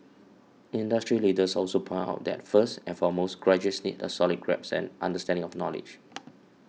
industry leaders also pointed out that first and foremost graduates need a solid grasp and understanding of knowledge